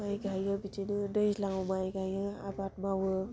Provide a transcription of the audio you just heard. माय गायो बिदिनो दैज्लाङाव माय गायो आबाद माङो